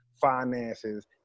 finances